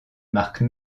marque